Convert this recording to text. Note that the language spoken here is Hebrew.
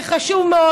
זה חשוב מאוד.